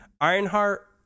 Ironheart